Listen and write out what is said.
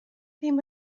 ddim